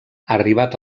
arribat